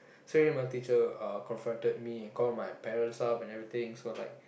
straightaway my teacher uh confronted me and call my parents up and everything so like